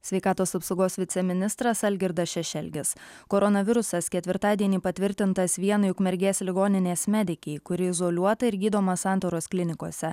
sveikatos apsaugos viceministras algirdas šešelgis koronavirusas ketvirtadienį patvirtintas vienai ukmergės ligoninės medikei kuri izoliuota ir gydoma santaros klinikose